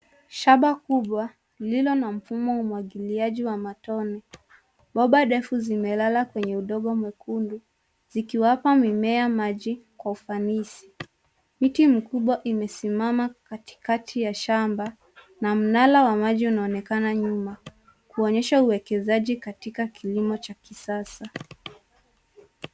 Shamba kubwa lililo na mfumo wa umwagiliaji wa matone. Bomba ndefu zimelala kwenye udongo mwekundu zikiwapa mimea maji kwa ufanisi. Miti mikubwa imesimama katikati ya shamba na mnara wa maji unaonekana nyuma kuonyesha uwekeshaji katika kilimo cha kisasa.